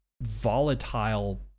volatile